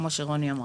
כמו שרוני אמרה.